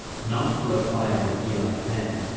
not for a fire in ely fen,